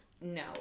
no